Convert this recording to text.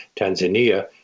Tanzania